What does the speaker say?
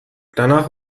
danach